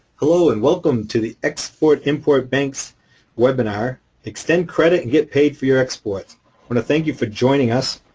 hello and welcome to the export import bank's webinar extend credit and get paid for your exports. i want to thank you for joining us.